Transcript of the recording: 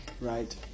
right